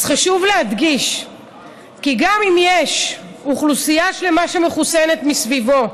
אז חשוב להדגיש כי גם אם יש אוכלוסייה שלמה שמחוסנת סביבו,